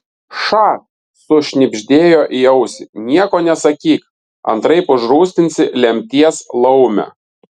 ša sušnibždėjo į ausį nieko nesakyk antraip užrūstinsi lemties laumę